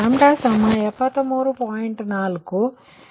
4 ಏಕೆಂದರೆ ಇದು ಕೊನೆಯ ಮೌಲ್ಯ 73